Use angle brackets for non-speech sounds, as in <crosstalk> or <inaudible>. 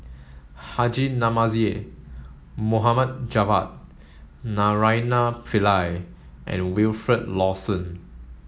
Haji Namazie <unintelligible> Javad Naraina Pillai and Wilfed Lawson